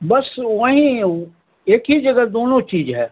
बस वहीं एक ही जगह दोनों चीज है